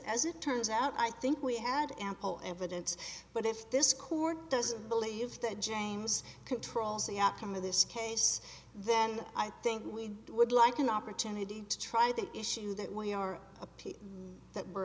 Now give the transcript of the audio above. as it turns out i think we had ample evidence but if this court does believe that james controls the outcome of this case then i think i would like an opportunity to try that issue that way our appeal that were